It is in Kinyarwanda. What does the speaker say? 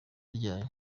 ryayo